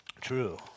true